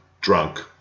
drunk